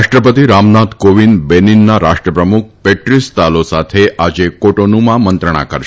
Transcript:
રાષ્ટ્રપતિ રામનાથ કોવિંદ બેનીનના રાષ્ટ્રપ્રમુખ પેટ્રિસ તાલો સાથે આજે કોટોનુમાં મંત્રણા કરશે